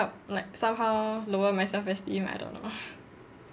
help like somehow lower my self esteem I don't know